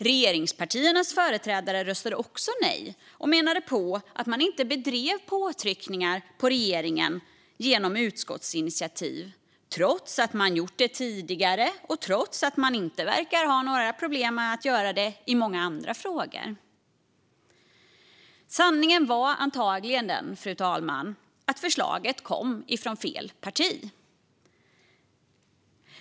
Regeringspartiernas företrädare röstade också nej och menade på att man inte bedrev påtryckningar på regeringen genom utskottsinitiativ, trots att man gjort det tidigare och trots att man inte verkar ha några problem med att göra det i många andra frågor. Sanningen var antagligen den, fru talman, att förslaget kom från fel parti.